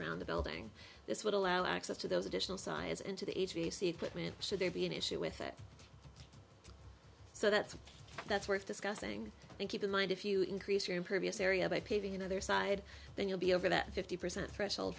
around the building this would allow access to those additional size into the a j c equipment should there be an issue with it so that's a that's worth discussing and keep in mind if you increase your impervious area by paving another side then you'll be over that fifty percent threshold